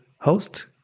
host